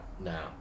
No